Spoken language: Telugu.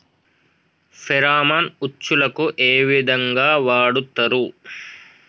ఫెరామన్ ఉచ్చులకు ఏ విధంగా వాడుతరు?